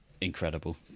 incredible